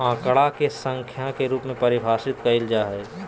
आंकड़ा के संख्या के रूप में परिभाषित कइल जा हइ